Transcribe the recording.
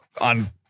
on